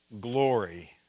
glory